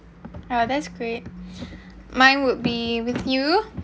oh that's great mine would be with you